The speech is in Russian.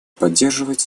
поддерживать